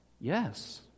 yes